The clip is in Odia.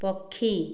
ପକ୍ଷୀ